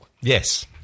yes